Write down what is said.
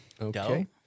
Okay